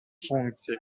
функции